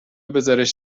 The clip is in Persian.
بزارش